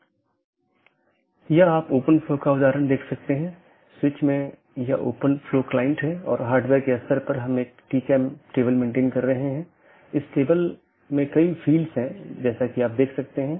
इसके बजाय हम जो कह रहे हैं वह ऑटॉनमस सिस्टमों के बीच संचार स्थापित करने के लिए IGP के साथ समन्वय या सहयोग करता है